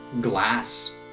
glass